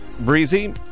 Breezy